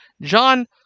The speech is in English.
John